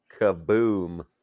Kaboom